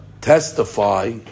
testify